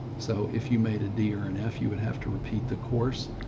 so if you made a d or an f, you and have to repeat the course.